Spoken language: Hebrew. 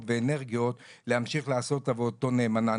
ואנרגיות להמשיך לעשות את עבודתו נאמנה.